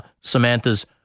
Samantha's